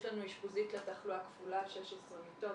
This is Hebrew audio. יש לנו אשפוזית לתחלואה כפולה 16 מיטות,